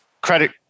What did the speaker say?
credit